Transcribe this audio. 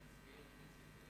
חברי חברי הכנסת,